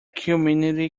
community